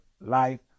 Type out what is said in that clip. life